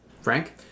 Frank